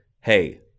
Hey